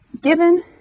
given